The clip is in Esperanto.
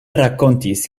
rakontis